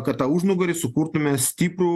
kad tą užnugarį sukurtume stiprų